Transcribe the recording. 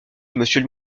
monsieur